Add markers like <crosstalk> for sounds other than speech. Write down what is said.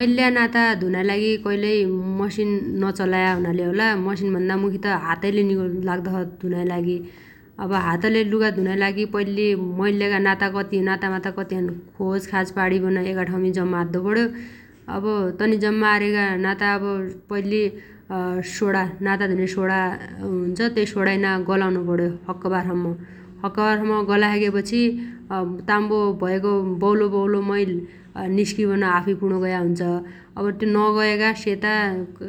मैल्ल्या नाता धुनाइ लागि कैलै मसिन नचलया हुनाले होला मसिन भन्ना त मुखी हातैले निगो लाग्दछ धुनाइ लागि । अब हातले लुगा धुनाइ लागि पैल्लि मैल्लेगा नाता कति नातामाता कति छन् खोजखाज पाणिबट एगाठाउमी जम्मा अद्दो पण्यो । अब तनि जम्मा अरेगा नाता अब पैल्ली <hesitation> सोणा नाता धुने सोणा हुन्छ तै सोणाइना गलाउनु पण्यो सक्कबार सम्म । सक्कबारसम्म गलाइसगेपछ <hesitation> ताम्बो भएगो बौलोबौलो मैल निस्किबन आफुइ पुणो गया हुन्छ । अब त्यो नगयगा सेता